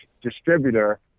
distributor